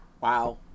Wow